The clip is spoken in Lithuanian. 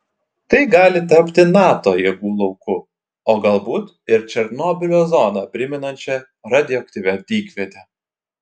tai gali tapti nato jėgų lauku o galbūt ir černobylio zoną primenančia radioaktyvia dykviete